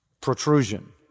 protrusion